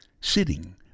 sitting